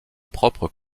propre